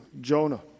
Jonah